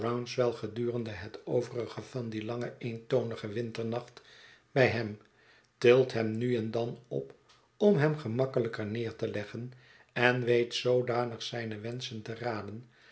rouncewell gedurende het overige van dien langen eentonigen winternacht bij hem tilt hem nu en dan op om hem gemakkelijker neer te leggen en weet zoodanig zijne wenschen te raden